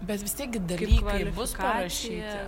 bet vis tiek gi dalykai bus parašyti